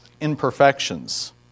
imperfections